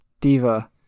Diva